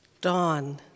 Dawn